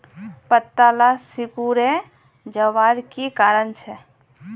पत्ताला सिकुरे जवार की कारण छे?